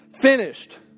finished